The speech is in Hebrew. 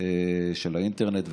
של האינטרנט וכו'.